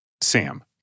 Sam